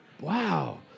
Wow